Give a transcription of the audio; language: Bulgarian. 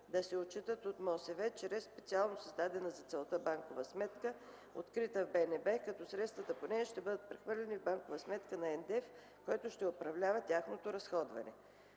среда и водите чрез специално създадена за целта банкова сметка, открита в БНБ, като средствата по нея ще бъдат прехвърляни в банкова сметка на НДЕФ, който ще управлява тяхното разходване.